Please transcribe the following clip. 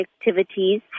activities